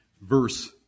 verse